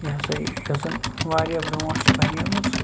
یہِ ہَسا یہِ یۄس زَن واریاہ برونٛٹھ چھِ بَنیمٕژ